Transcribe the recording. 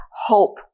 hope